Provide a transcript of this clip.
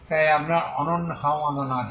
তাই আপনার অনন্য সমাধান আছে